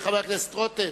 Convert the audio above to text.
חבר הכנסת רותם,